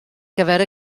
gyfer